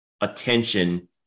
attention